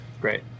great